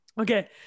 Okay